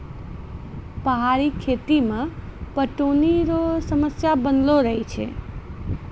पहाड़ी खेती मे पटौनी रो समस्या बनलो रहै छै